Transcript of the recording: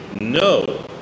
no